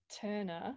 Turner